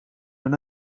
met